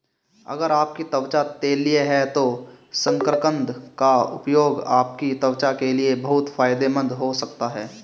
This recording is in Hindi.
अगर आपकी त्वचा तैलीय है तो शकरकंद का उपयोग आपकी त्वचा के लिए बहुत फायदेमंद हो सकता है